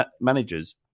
managers